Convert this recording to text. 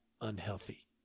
unhealthy